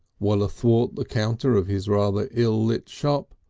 well athwart the counter of his rather ill-lit shop,